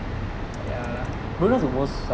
ya lah